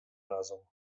разом